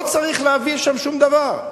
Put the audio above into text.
לא צריך להביא שם שום דבר.